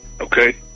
Okay